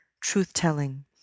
truth-telling